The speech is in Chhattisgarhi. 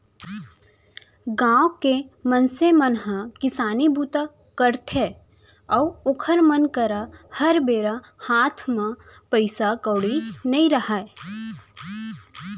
गाँव के मनसे मन ह किसानी बूता करथे अउ ओखर मन करा हर बेरा हात म पइसा कउड़ी नइ रहय